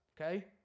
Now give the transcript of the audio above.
okay